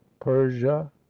persia